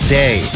day